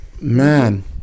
Man